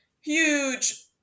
huge